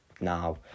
now